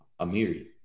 amiri